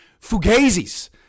Fugazi's